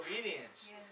obedience